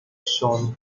shown